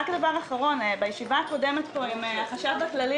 דבר אחרון: בישיבה הקודמת עם החשב הכללי